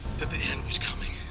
that the end was coming.